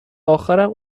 اخرم